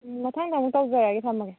ꯃꯊꯪꯗ ꯑꯃꯨꯛ ꯇꯧꯖꯔꯛꯑꯒꯦ ꯊꯝꯃꯒꯦ